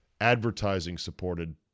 advertising-supported